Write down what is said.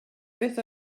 beth